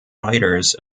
writers